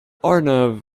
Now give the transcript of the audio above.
arnav